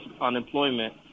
unemployment